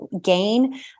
gain